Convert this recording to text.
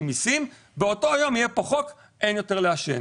במסים באותו יום יהיה כאן חוק שאין יותר לעשן.